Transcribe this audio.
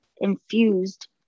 infused